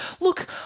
look